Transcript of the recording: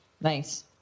Nice